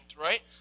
right